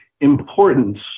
importance